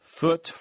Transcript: foot